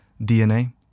DNA